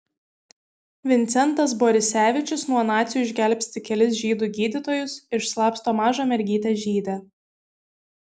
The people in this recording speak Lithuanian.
vincentas borisevičius nuo nacių išgelbsti kelis žydų gydytojus išslapsto mažą mergytę žydę